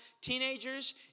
teenagers